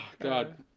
God